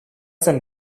zen